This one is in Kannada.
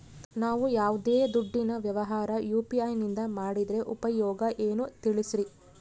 ನಾವು ಯಾವ್ದೇ ದುಡ್ಡಿನ ವ್ಯವಹಾರ ಯು.ಪಿ.ಐ ನಿಂದ ಮಾಡಿದ್ರೆ ಉಪಯೋಗ ಏನು ತಿಳಿಸ್ರಿ?